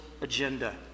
agenda